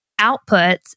outputs